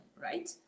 right